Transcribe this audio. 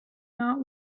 not